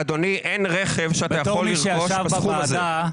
אדוני, אין רכב שאתה יכול לרכוש בסכום הזה.